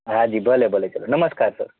હા જી ભલે ભલે ચાલો નમસ્કાર સર